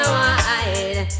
wide